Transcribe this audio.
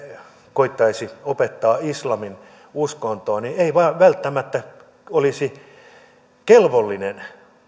koettaisi opettaa islamin uskontoa ei välttämättä olisi kelvollinen